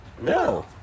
No